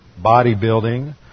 bodybuilding